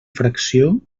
fracció